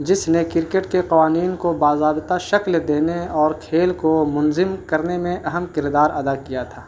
جس نے کرکٹ کے قوانین کو باضابطہ شکل دینے اور کھیل کو منظم کرنے میں اہم کردار ادا کیا تھا